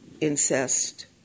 incest